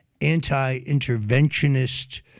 anti-interventionist